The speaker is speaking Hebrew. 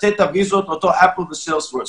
לתת את הוויזות לאותו אפל וסיילספורס.